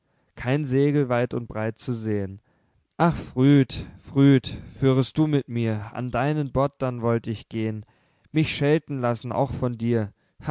kein segel weit und breit zu sehen ach früd früd führest du mit mir an deinen bord dann wollt ich gehen mich schelten lassen auch von dir